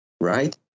right